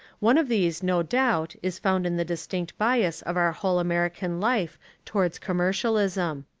one of these no doubt is found in the distinct bias of our whole american life towards commercialism.